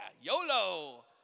YOLO